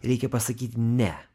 reikia pasakyt ne